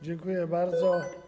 Dziękuję bardzo.